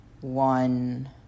one